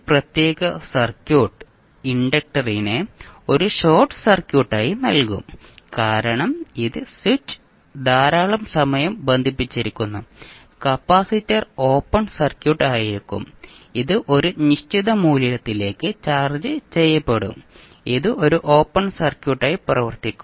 ഈ പ്രത്യേക സർക്യൂട്ട് ഇൻഡക്റ്ററിനെ ഒരു ഷോർട്ട് സർക്യൂട്ടായി നൽകും കാരണം ഇത് സ്വിച്ച് ധാരാളം സമയം ബന്ധിപ്പിച്ചിരിക്കുന്നു കപ്പാസിറ്റർ ഓപ്പൺ സർക്യൂട്ട് ആയിരിക്കും ഇത് ഒരു നിശ്ചിത മൂല്യത്തിലേക്ക് ചാർജ് ചെയ്യപ്പെടും ഇത് ഒരു ഓപ്പൺ സർക്യൂട്ടായി പ്രവർത്തിക്കും